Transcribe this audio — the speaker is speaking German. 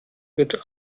wird